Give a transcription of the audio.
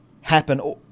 happen